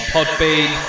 Podbean